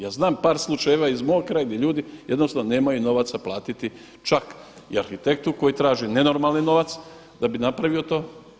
Ja znam par slučajeva iz mog kraja gdje ljudi jednostavno nemaju novaca platiti čak i arhitektu koji traži nenormalni novac da bi napravio to.